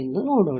ಎಂದು ನೋಡೋಣ